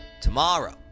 tomorrow